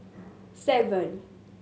seven